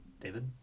David